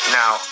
now